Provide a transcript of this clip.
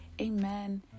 Amen